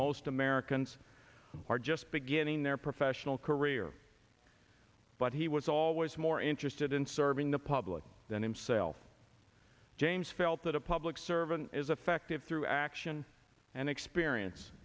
most americans are just beginning their professional career but he was always more interested in serving the public than himself james felt that a public servant is effective through action and experience